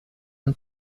and